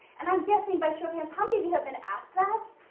and i'm guessing, by show of hands, how many of you have been asked that?